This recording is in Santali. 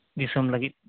ᱫᱤᱥᱚᱢ ᱞᱟᱹᱜᱤᱫ